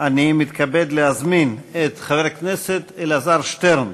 אני מתכבד להזמין את חבר הכנסת אלעזר שטרן